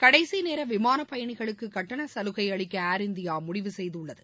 கடைசி நேர விமான பயணிகளுக்கு கட்டண சலுகை அளிக்க ஏர் இந்தியா முடிவு செய்துள்ளது